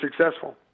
successful